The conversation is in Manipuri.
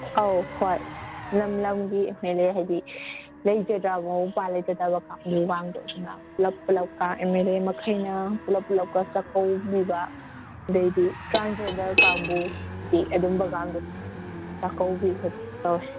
ꯑꯧ ꯍꯣꯏ ꯂꯝ ꯂꯝꯒꯤ ꯑꯦꯝ ꯑꯦꯜ ꯑꯦ ꯍꯥꯏꯗꯤ ꯂꯩꯖꯗꯕ ꯃꯕꯨꯡ ꯃꯧꯄꯥ ꯂꯩꯖꯗꯕ ꯀꯥꯡꯒꯨ ꯉꯥꯡꯗꯣ ꯑꯗꯨꯅ ꯄꯨꯂꯞ ꯄꯨꯂꯞꯀ ꯑꯦꯝ ꯑꯦꯜ ꯑꯦ ꯃꯈꯩꯅ ꯄꯨꯂꯞ ꯄꯨꯂꯞꯀ ꯆꯥꯛꯀꯩꯕꯤꯕ ꯑꯗꯩꯗꯤ ꯇ꯭ꯔꯥꯟꯖꯦꯟꯗꯔ ꯀꯥꯡꯕꯨꯒꯤ ꯑꯗꯨꯝꯕ ꯒꯥꯡꯗꯣ ꯆꯥꯛꯀꯧꯕꯤ ꯈꯣꯠꯄꯤ ꯇꯧꯋꯦ